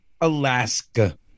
Alaska